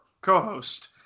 co-host